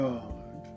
God